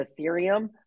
Ethereum